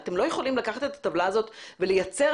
לא יכולים לקחת את הטבלה הזאת ולייצר